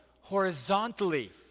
horizontally